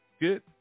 Good